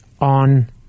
on